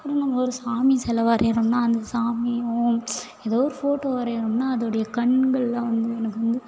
இப்போ நம்ம ஒரு சாமி சிலை வரையிறோன்னா அந்த சாமியும் ஏதோ ஒரு ஃபோட்டோ வரையிறோன்னா அதோடைய கண்கள்லாம் வந்து எனக்கு வந்து